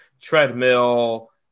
treadmill